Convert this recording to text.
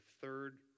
third